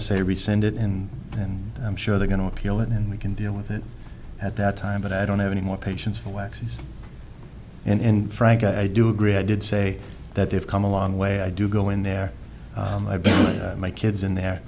to say we send it in and i'm sure they're going to appeal it and we can deal with it at that time but i don't have any more patience for waxes and frank i do agree i did say that they've come a long way i do go in there and i believe my kids in